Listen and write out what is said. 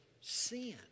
sin